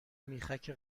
میخک